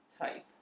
type